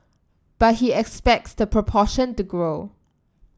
but he expects the proportion to grow